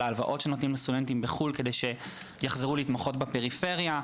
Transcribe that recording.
על ההלוואות שנותנים לסטודנטים בחו"ל כדי שיחזרו להתמחות בפריפריה,